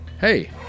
hey